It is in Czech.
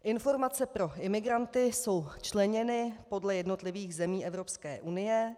Informace pro imigranty jsou členěny podle jednotlivých zemí Evropské unie.